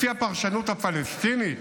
לפי הפרשנות הפלסטינית